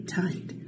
tight